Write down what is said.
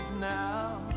now